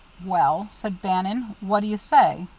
well, said bannon, what do you say?